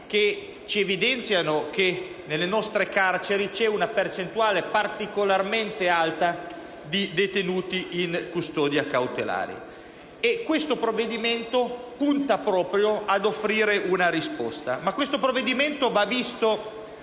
che evidenziano che nelle nostre carceri vi è una percentuale particolarmente alta di detenuti in custodia cautelare. Questo provvedimento punta proprio ad offrire una risposta a tale problema, ma va visto